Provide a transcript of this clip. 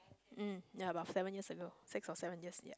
mm ya about seven years ago six or seven years ya